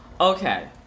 Okay